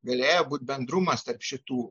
galėjo būti bendrumas tarp šitų